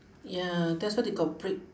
ya that's why they got break